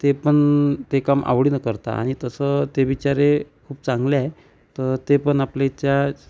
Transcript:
ते पण ते काम आवडीनं करतात आणि तसं ते बिचारे खूप चांगले आहे तर ते पण आपलेच्या